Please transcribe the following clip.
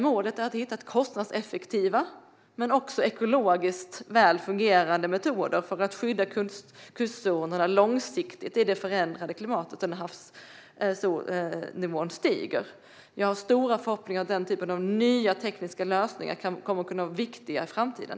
Målet är att hitta kostnadseffektiva men också ekologiskt väl fungerande metoder för att skydda kustzonerna långsiktigt i det förändrade klimatet där havsnivån stiger. Jag har stora förhoppningar om att den typen av nya tekniska lösningar kommer att vara viktiga i framtiden.